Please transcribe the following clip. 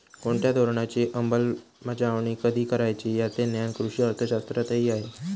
कोणत्या धोरणाची अंमलबजावणी कधी करायची याचे ज्ञान कृषी अर्थशास्त्रातही आहे